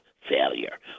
failure